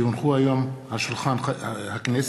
כי הונחו היום על שולחן הכנסת,